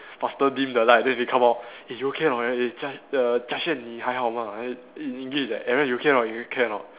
faster dim the light then they come out eh you okay or not eh Jia err Jia Xuan 你还好吗 in in English eh Aaron you okay or not you okay or not